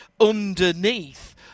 underneath